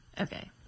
Okay